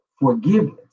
forgiveness